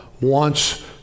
wants